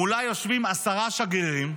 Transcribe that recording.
מולה יושבים עשרה שגרירים,